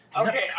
Okay